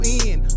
end